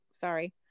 sorry